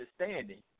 understanding